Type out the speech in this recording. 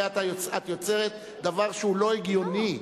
את יוצרת דבר שהוא לא הגיוני.